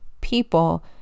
people